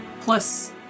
plus